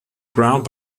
ground